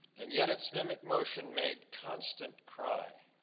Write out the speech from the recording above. and yet its mimic motion made constant cry.